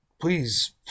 Please